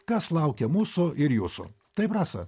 kas laukia mūsų ir jūsų taip rasą